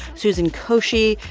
susan koshy,